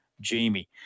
Jamie